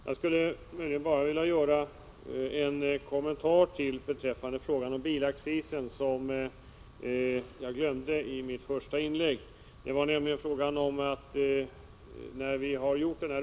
Jag skulle emellertid vilja göra en kommentar beträffande bilaccisen, en kommentar som jag glömde att göra i mitt första inlägg.